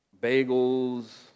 bagels